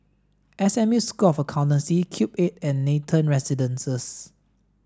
S M U School of Accountancy Cube eight and Residences